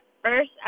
first